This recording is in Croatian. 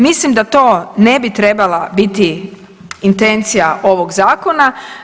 Mislim da to ne bi trebala biti intencija ovoga Zakona.